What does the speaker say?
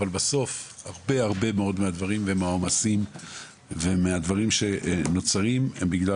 אבל בסוף הרבה הרבה מאוד מהדברים ומהעומסים שנוצרים הם בגלל